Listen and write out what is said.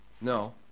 no